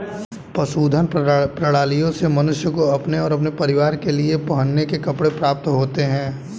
पशुधन प्रणालियों से मनुष्य को अपने और अपने परिवार के लिए पहनने के कपड़े प्राप्त होते हैं